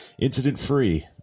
incident-free